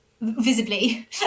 visibly